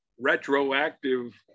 retroactive